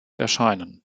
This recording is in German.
erscheinen